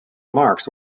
marx